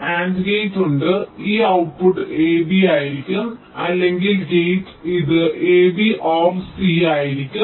AND gate ഉണ്ട് ഈ output ab ആയിരിക്കും അല്ലെങ്കിൽ ഗേറ്റ് ഇത് ab or c ആയിരിക്കും